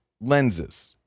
lenses